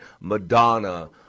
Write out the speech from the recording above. Madonna